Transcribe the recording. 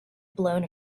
blown